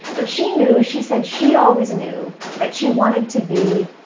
but she knew, she said she always knew that she wanted to be